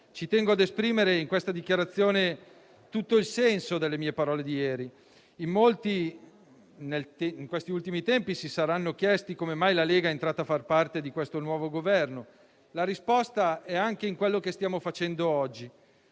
Ci tengo ad esprimere, in questa dichiarazione, tutto il senso delle mie parole di ieri. In molti, in questi ultimi tempi, si saranno chiesti come mai la Lega sia entrata a far parte di questo nuovo Governo. La risposta è anche in quello che stiamo facendo oggi.